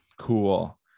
cool